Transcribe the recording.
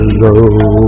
Hello